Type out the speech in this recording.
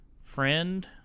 friend